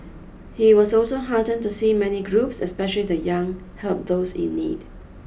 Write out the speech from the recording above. he was also heartened to see many groups especially the young help those in need